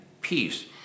peace